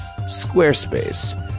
Squarespace